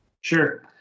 Sure